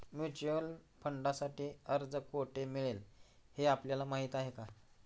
Mutual फंडांसाठी अर्ज कोठे मिळेल हे आपल्याला माहीत आहे का?